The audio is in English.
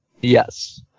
Yes